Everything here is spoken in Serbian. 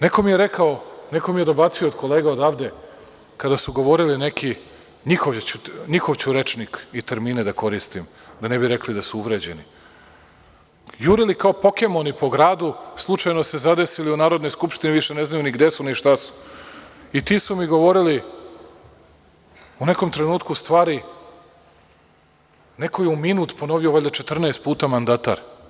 Neko mi je dobacio od kolega odavde, kada su govorili neki, njihov ću rečnik i termine da koristim, da ne bi rekli da su uvređeni - jurili kao Pokemoni po gradu, slučajno se zadesili u Narodnoj skupštini i više ne znaju ni gde su ni šta su, i ti su mi govorili u nekom trenutku stvari, neko je u minut ponovio valjda 14 puta „mandatar“